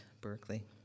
Berkeley